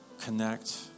connect